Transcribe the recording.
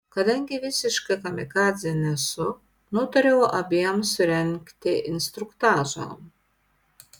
kadangi visiška kamikadzė nesu nutariau abiem surengti instruktažą